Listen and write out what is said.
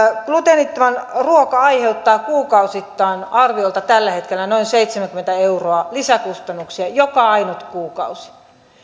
gluteeniton ruoka aiheuttaa kuukausittain tällä hetkellä arviolta noin seitsemänkymmentä euroa lisäkustannuksia joka ainut kuukausi